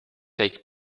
take